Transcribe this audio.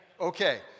Okay